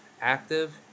active